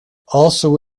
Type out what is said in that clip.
also